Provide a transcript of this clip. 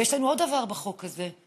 ויש לנו עוד דבר בחוק הזה: